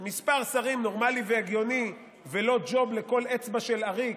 מספר שרים נורמלי והגיוני ולא ג'וב לכל אצבע של עריק,